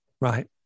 Right